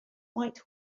white